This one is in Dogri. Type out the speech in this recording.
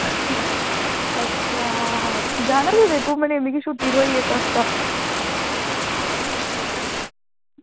अच्छा जाना निं कुदै घूमने ई मिगी छुट्टी थ्होई ई इक्क हफ्ता